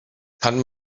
kann